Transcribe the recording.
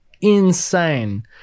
Insane